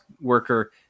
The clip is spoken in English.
worker